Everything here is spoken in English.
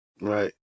Right